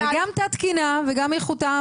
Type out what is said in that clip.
זה גם תת תקינה וגם איכות ותנאי העסקתם.